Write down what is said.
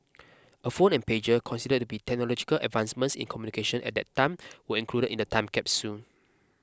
a phone and pager considered to be technological advancements in communication at that time were included in the time capsule